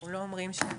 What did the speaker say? אנחנו לא אומרים שהכול.